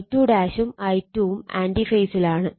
I2 ഉം I2 ഉം anti ഫേസിലാണ്